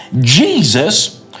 Jesus